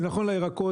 זה נכון לירקות,